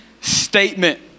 statement